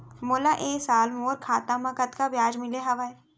मोला ए साल मोर खाता म कतका ब्याज मिले हवये?